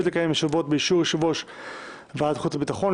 לקיים ישיבות באישור יושב-ראש ועדת החוץ והביטחון,